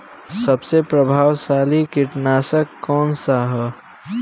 सबसे प्रभावशाली कीटनाशक कउन सा ह?